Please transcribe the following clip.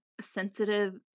sensitive